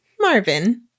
Marvin